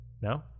No